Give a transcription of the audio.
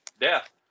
death